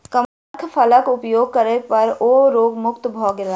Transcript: कमरख फलक उपभोग करै पर ओ रोग मुक्त भ गेला